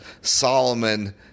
Solomon